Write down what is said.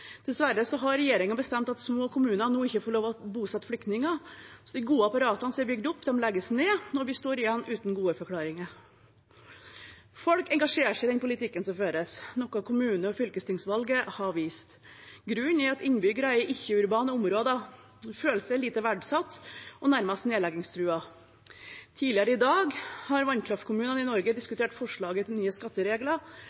Dessverre har regjeringen bestemt at små kommuner nå ikke skal få lov til å bosette flyktninger, så de gode apparatene som er bygd opp, legges nå ned, og vi står igjen uten gode forklaringer. Folk engasjerer seg i den politikken som føres, noe kommune- og fylkestingsvalget viste. Grunnen er at innbyggere i ikke-urbane områder føler seg lite verdsatt og nærmest nedleggingstruet. Tidligere i dag har vannkraftkommunene i Norge